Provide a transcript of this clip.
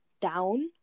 down